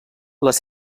les